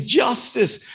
justice